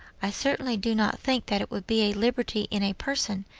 i certainly do not think that it would be a liberty in a person,